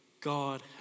God